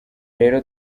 rero